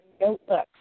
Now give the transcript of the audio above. notebooks